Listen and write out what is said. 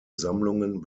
sammlungen